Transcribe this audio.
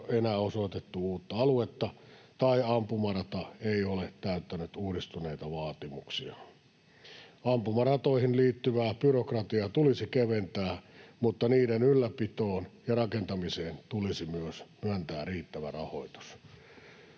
enää osoitettu uutta aluetta tai ampumarata ei ole täyttänyt uudistuneita vaatimuksia. Ampumaratoihin liittyvää byrokratiaa tulisi keventää, mutta niiden ylläpitoon ja rakentamiseen tulisi myös myöntää riittävä rahoitus.